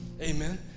Amen